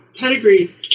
pedigree